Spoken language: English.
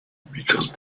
because